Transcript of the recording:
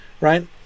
right